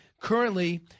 Currently